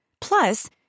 Plus